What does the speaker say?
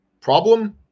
Problem